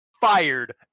Fired